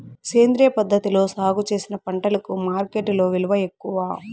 సేంద్రియ పద్ధతిలో సాగు చేసిన పంటలకు మార్కెట్టులో విలువ ఎక్కువ